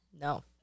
No